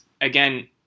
again